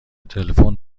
تلفن